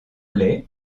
les